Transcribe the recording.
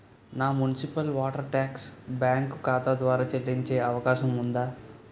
నా municipal water tax bank ఖాతా ద్వారా చెల్లించే అవకాశం ఉందా?